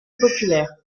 populaires